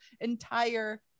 entire